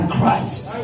Christ